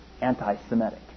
anti-Semitic